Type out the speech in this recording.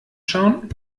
schauen